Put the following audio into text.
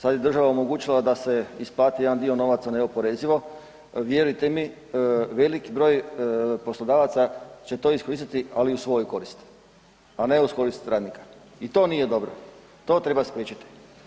Sada je država omogućila da se isplati jedan dio novaca neoporezivo, vjerujte mi velik broj poslodavaca će to iskoristiti ali u svoju korist, a ne u korist radnika i to nije dobro i to treba spriječiti.